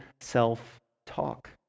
self-talk